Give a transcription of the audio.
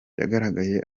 yagaragaye